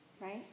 Right